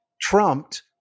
trumped